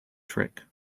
trick